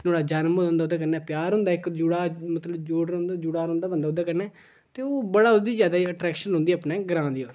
नुहाड़ा जनम होऐ दा होंदा ओह्दे कन्नै प्यार होंदा इक जुड़े दा मतलब जोड़ रौंहदा जुड़े दा रौंह्दा बंदा ओह्दे कन्नै ते ओह् बड़ा ओह्दे ज्यादा इंट्रैक्शन रौंह्दी अपने ग्रांऽ दी